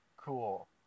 Cool